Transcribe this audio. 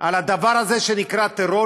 על הדבר הזה שנקרא טרור.